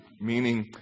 meaning